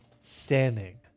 standing